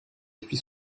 suis